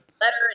letter